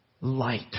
light